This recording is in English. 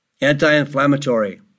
anti-inflammatory